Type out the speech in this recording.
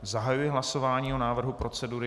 Zahajuji hlasování o návrhu procedury.